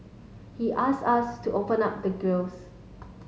he us us to open up the grilles